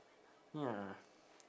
ya